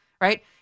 right